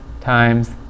times